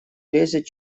лезет